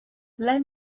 let